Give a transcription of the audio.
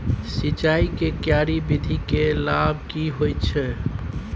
सिंचाई के क्यारी विधी के लाभ की होय छै?